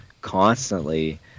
constantly